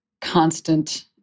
constant